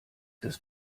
des